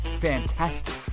fantastic